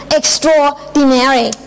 extraordinary